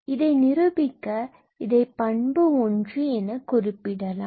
இதை நிரூபிக்க இதை பண்பு ஒன்று என குறிப்பிடலாம்